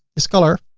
this color,